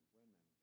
women